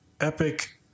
epic